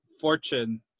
fortune